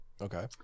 Okay